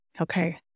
Okay